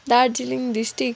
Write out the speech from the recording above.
Darjeeling district